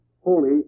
holy